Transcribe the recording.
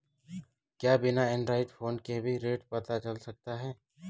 क्या बिना Android phone के भी रेट पता चल सकता है?